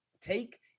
take